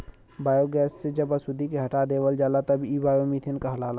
biogas से जब अशुद्धि के हटा देवल जाला तब इ बायोमीथेन कहलाला